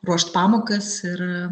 ruošt pamokas ir